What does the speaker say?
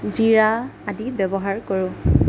জিৰা আদি ব্যৱহাৰ কৰোঁ